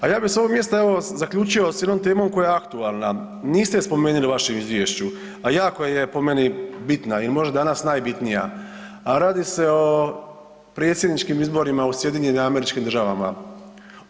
Ali ja bi s ovog mjesta evo zaključio s jednom temom koja je aktualna, niste je spomenuli u vašem izvješću, a jako je po meni bitna i možda danas najbitnija, a radi se o predsjedničkim izborima u SAD-u.